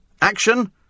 action